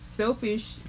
selfish